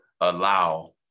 allow